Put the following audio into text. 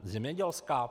Zemědělská?